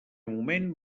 moment